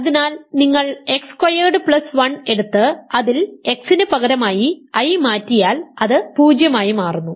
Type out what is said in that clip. അതിനാൽ നിങ്ങൾ x squared plus 1 എടുത്ത് അതിൽ x ന് പകരമായി i മാറ്റിയാൽ അത് 0 ആയി മാറുന്നു